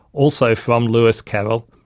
also from lewis carroll,